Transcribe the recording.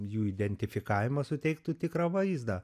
jų identifikavimas suteiktų tikrą vaizdą